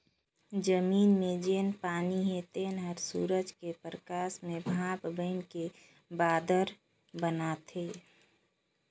जमीन मे जेन पानी हे तेन हर सुरूज के परकास मे भांप बइनके बादर बनाथे